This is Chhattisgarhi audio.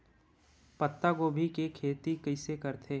पत्तागोभी के खेती कइसे करथे?